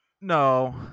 no